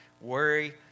worry